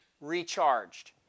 recharged